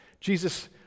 Jesus